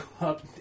up